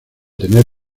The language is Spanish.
tener